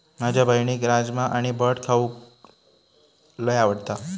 माझ्या बहिणीक राजमा आणि भट खाऊक लय आवडता